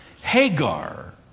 Hagar